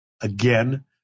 Again